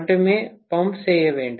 மட்டுமே பம்ப் செய்ய வேண்டும்